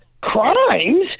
crimes